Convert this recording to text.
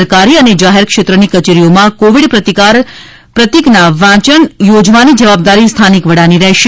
સરકારી અને જાહેર ક્ષેત્રની કચેરીઓમાં કોવિડ પ્રતિકાર પ્રતિગના વાંચન યોજવાની જવાબદારી સ્થાનિક વડાની રહેશે